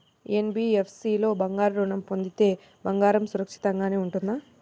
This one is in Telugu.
ఎన్.బీ.ఎఫ్.సి లో బంగారు ఋణం పొందితే బంగారం సురక్షితంగానే ఉంటుందా?